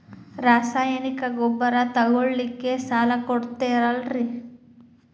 ರಾಸಾಯನಿಕ ಗೊಬ್ಬರ ತಗೊಳ್ಳಿಕ್ಕೆ ಸಾಲ ಕೊಡ್ತೇರಲ್ರೇ?